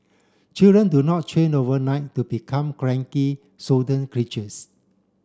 children do not change overnight to become cranky creatures